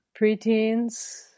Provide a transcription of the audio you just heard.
Preteens